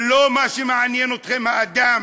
לא מעניין אתכם האדם,